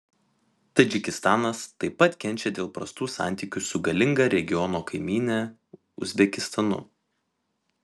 tadžikistanas taip pat kenčia dėl prastų santykių su galinga regiono kaimyne uzbekistanu